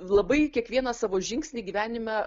labai kiekvieną savo žingsnį gyvenime